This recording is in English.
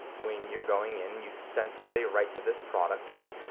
when you're going in, you send somebody right to this product, right,